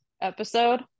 episode